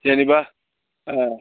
जेनेबा अ